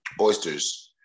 oysters